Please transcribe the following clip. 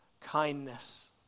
kindness